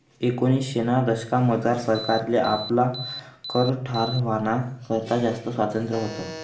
एकोनिसशेना दशकमझार सरकारले आपला कर ठरावाना करता जास्त स्वातंत्र्य व्हतं